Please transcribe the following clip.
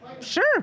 sure